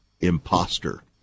imposter